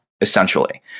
essentially